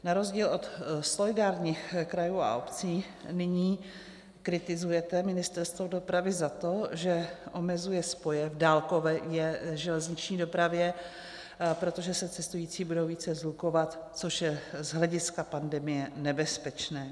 Na rozdíl od solidárních krajů a obcí nyní kritizujete Ministerstvo dopravy za to, že omezuje spoje v dálkové železniční dopravě, protože se cestující budou více shlukovat, což je z hlediska pandemie nebezpečné.